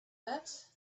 that